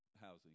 housing